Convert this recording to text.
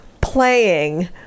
playing